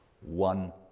One